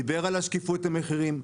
דיבר על שקיפות המחירים,